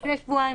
לפני שבועיים.